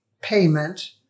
payment